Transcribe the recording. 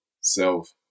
self